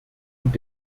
und